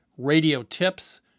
radiotips